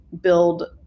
build